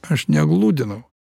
aš negludinau